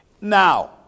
Now